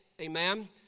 Amen